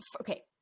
okay